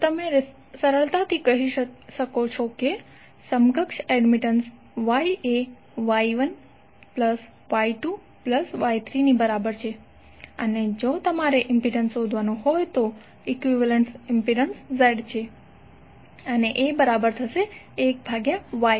તો તમે સરળતાથી કહી શકો છો કે સમકક્ષ એડમિટન્સ Y એ Y1 વત્તા Y2 વત્તા Y3 ની બરાબર છે અને જો તમારે ઇમ્પિડન્સ શોધવાનું હોય તો ઈક્વિવેલેન્ટ ઇમ્પિડન્સ Z એ એક ભાગ્યા Y હશે